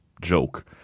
joke